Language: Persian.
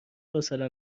حوصله